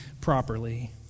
properly